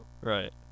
Right